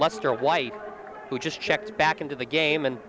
lester white who just checked back into the game and